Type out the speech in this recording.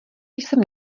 jsem